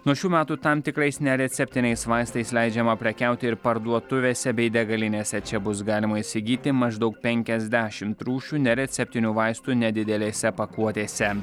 nuo šių metų tam tikrais nereceptiniais vaistais leidžiama prekiauti ir parduotuvėse bei degalinėse čia bus galima įsigyti maždaug penkiasdešimt rūšių nereceptinių vaistų nedidelėse pakuotėse